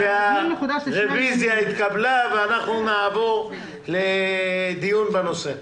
הרוויזיה התקבלה ואנחנו נעבור לדיון בנושא.